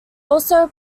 also